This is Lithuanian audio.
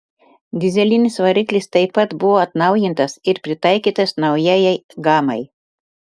dyzelinis variklis taip pat buvo atnaujintas ir pritaikytas naujajai gamai